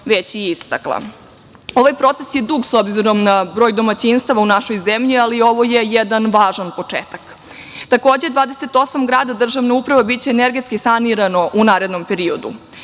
već istakla. Ovaj proces je dug, s obzirom na broj domaćinstava u našoj zemlji, ali ovo je jedan važan početak. Takođe, 28 gradova državne uprave biće energetski sanirano u narednom periodu. Zakonski